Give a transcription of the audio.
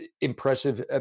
impressive